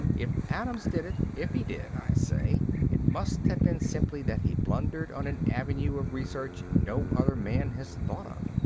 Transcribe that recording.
if adams did it if he did, i say it must have been simply that he blundered on an avenue of research no other man has thought of.